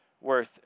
worth